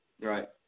Right